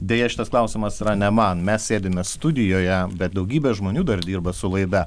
deja šitas klausimas yra ne man mes sėdime studijoje bet daugybė žmonių dar dirba su laida